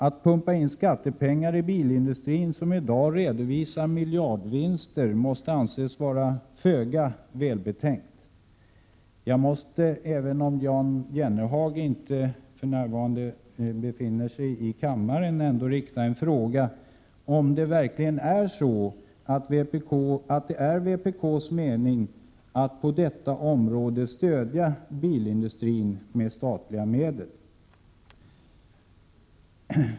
Att pumpa in skattepengar i bilindustrin som i dag redovisar miljardvinster måste anses vara föga välbetänkt. Jag måste därför fråga Jan Jennehag, även om han just nu inte befinner sig i kammaren, om det verkligen är vpk:s mening att på detta område stödja bilindustrin med statliga medel.